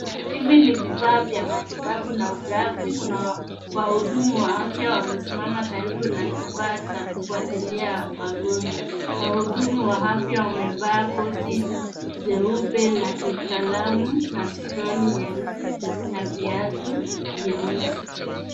Hivi ni vifaa vya matibabu na ugavi. Kuna wahudumu wa afya wamesimama karibu na kifaa cha kufuatilia wagonjwa. Wahudumu wa afya wamevaa koti jeupe la kitaalamu na suruali nyeusi na viatu nyeusi.